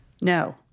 No